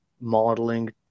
modeling